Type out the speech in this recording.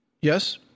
Yes